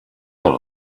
her